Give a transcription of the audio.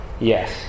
Yes